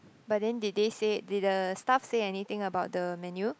but then did they say did the staff say anything about the menu